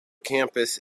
campus